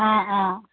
অঁ অঁ